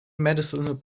medicinal